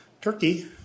Turkey